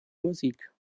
musik